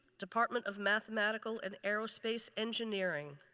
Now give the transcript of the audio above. department of mathematical and aerospace engineering.